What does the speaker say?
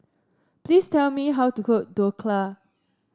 please tell me how to cook Dhokla